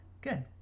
Good